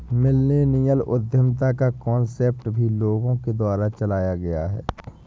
millennial उद्यमिता का concept भी लोगों के द्वारा चलाया गया है